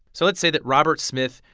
so let's say that robert smith,